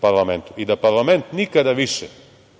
parlamentu i da parlament nikada više